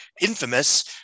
infamous